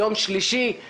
יום שלישי כוננות,